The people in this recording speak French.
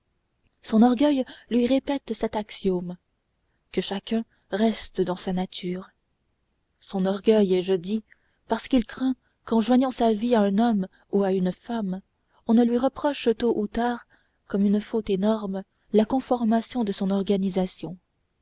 son orgueil lui répète cet axiome que chacun reste dans sa nature son orgueil ai-je dit parce qu'il craint qu'en joignant sa vie à un homme ou à une femme on ne lui reproche tôt ou tard comme une faute énorme la conformation de son organisation